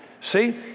See